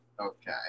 Okay